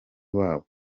wabo